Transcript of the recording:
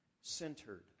centered